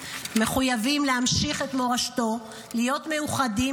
מחויבים להמשיך את מורשתו ולהיות מאוחדים